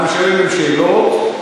אנחנו נשארים עם שאלות,